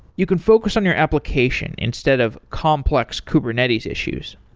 you can focus on your application instead of complex kubernetes issues.